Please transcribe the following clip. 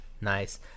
Nice